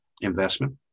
investment